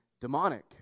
demonic